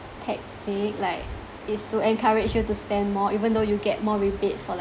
tactic like is to encourage you to spend more even though you get more rebates for like